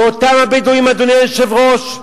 ואותם הבדואים, אדוני היושב-ראש,